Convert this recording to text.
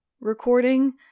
recording